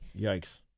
Yikes